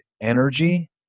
energy